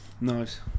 Nice